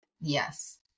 yes